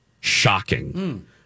Shocking